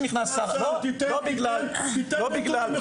תיתן נתונים נכונים.